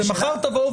מחר תגידו,